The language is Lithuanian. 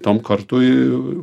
tam kartui